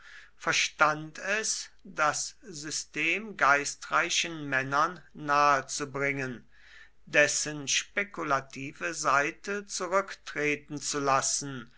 verstand es das system geistreichen männern nahe zu bringen dessen spekulative seite zurücktreten zu lassen